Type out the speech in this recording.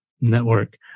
Network